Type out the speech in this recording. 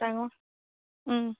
ডাঙৰ